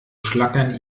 schlackern